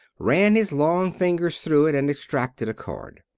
ran his long fingers through it and extracted a card.